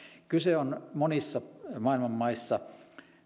kyse on monissa maailman maissa